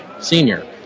senior